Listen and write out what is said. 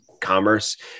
commerce